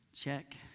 Check